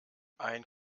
ein